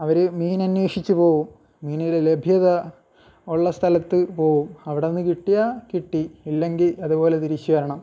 അവർ മീനന്വേഷിച്ച് പോവും മീനിൻ്റെ ലഭ്യത ഉള്ള സ്ഥലത്ത് പോകും അവിടെ നിന്ന് കിട്ടിയാൽ കിട്ടി ഇല്ലെങ്കിൽ അതുപോലെ തിരിച്ചു വരണം